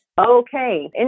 Okay